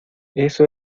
eso